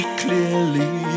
clearly